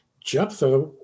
Jephthah